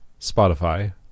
Spotify